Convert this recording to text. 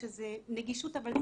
נהדר.